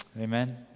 Amen